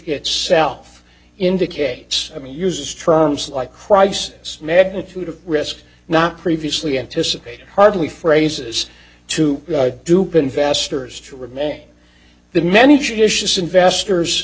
itself indicates to me uses terms like crisis magnitude of risk not previously anticipated hardly phrases to dupe investors to remain the many judicious investors